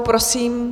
Prosím.